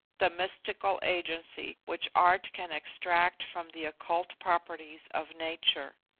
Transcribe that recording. the mystical agency which art can extract from the occult properties of nature.